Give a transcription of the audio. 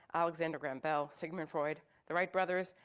alexander graham bell, sigmund freud, the wright brothers,